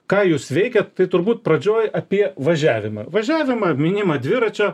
ką jūs veikiat tai turbūt pradžioj apie važiavimą važiavimą minimą dviračio